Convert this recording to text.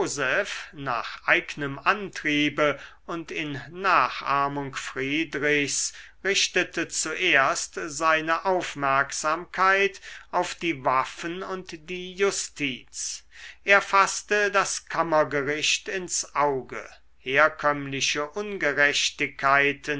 nach eignem antriebe und in nachahmung friedrichs richtete zuerst seine aufmerksamkeit auf die waffen und die justiz er faßte das kammergericht ins auge herkömmliche ungerechtigkeiten